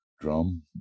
drum